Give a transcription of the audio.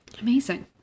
amazing